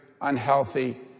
unhealthy